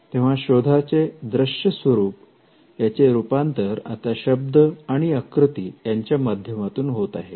तेव्हा शोधाचे दृष्य स्वरूप याचे रूपांतर आता शब्द आणि आकृती यांच्या माध्यमातून होत आहे